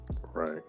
Right